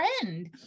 friend